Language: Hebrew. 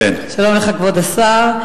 שלום לך, כבוד השר.